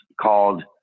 called